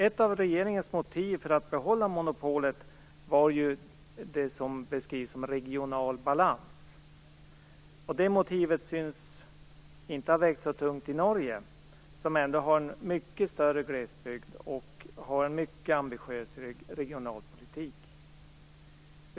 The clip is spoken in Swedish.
Ett av regeringens motiv för att behålla monopolet beskrivs som regional balans. Det motivet tycks inte ha vägt så tungt i Norge som ändå har en mycket större glesbygd och som har en mycket ambitiös regionalpolitik.